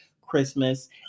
Christmas